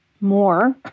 more